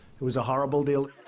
it was a horrible deal.